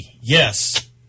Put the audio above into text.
yes